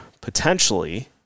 potentially